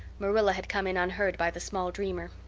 marilla had come in unheard by the small dreamer.